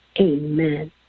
amen